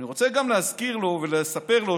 אני רוצה גם להזכיר לו ולספר לו,